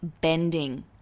bending